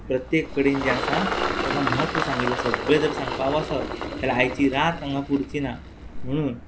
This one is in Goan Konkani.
प्रत्येक कडेन जें आसा तेका म्हत्व सांगिल्लें सगळें जर सांगपा वोसत जाल्या आयची रात हांगां पुरची ना म्हुणून